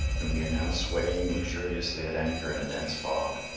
and we are now swaying luxuriously at anchor in a dense fog.